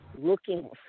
looking